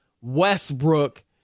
Westbrook